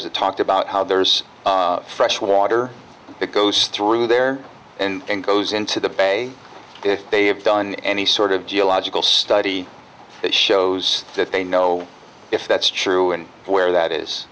that talked about how there's fresh water that goes through there and goes into the bay if they have done any sort of geological study that shows that they know if that's true and where that is